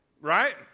Right